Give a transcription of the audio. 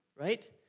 Right